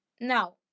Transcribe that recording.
Now